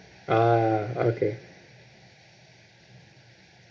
ah okay